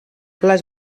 les